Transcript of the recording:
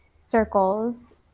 circles